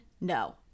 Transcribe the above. No